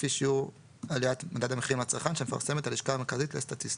לפי שיעור עליית מדד המחירים לצרכן שמפרסמת הלשכה המרכזית לסטטיסטיקה".